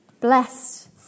blessed